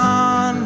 on